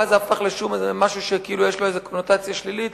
ואז זה הפך למשהו שכאילו יש לו איזה קונוטציה שלילית,